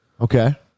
Okay